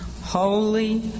Holy